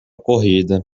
corrida